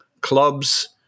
clubs